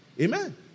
Amen